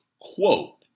Quote